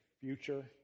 future